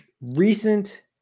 recent